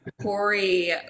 Corey